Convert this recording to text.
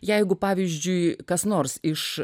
jeigu pavyzdžiui kas nors iš